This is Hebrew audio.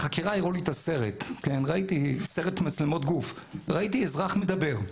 בחקירה הראו לי את הסרט שצולם במצלמות גוף ראיתי אזרח מדבר.